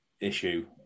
issue